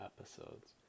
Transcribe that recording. episodes